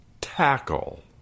tackle